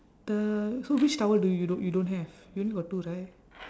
the so which towel do you do~ you don't have you only got two right